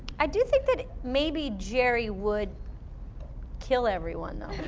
i do think that maybe jerry would kill everyone though.